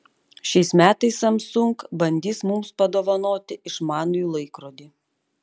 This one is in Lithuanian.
šiais metais samsung bandys mums padovanoti išmanųjį laikrodį